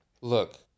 Look